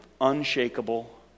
unshakable